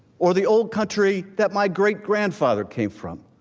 or the old country that my great grandfather came from,